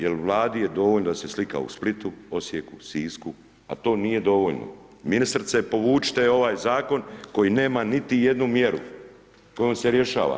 Jer Vladi je dovoljno da se slika u Splitu, Osijeku, Sisku a to nije dovoljno Ministrice povucite ovaj zakon koji nema niti jednu mjeru kojom se rješava.